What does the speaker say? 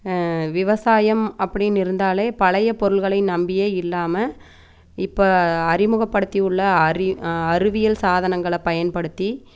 விவசாயம் அப்படின்னு இருந்தாலே பழையை பொருள்களை நம்பியே இல்லாமல் இப்போ அறிமுகப்படுத்தி உள்ள அறி அறிவியல் சாதனங்களை பயன்படுத்தி